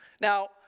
Now